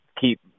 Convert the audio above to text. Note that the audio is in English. keep